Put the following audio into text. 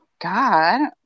god